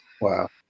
Wow